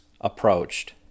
approached